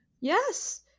yes